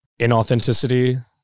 inauthenticity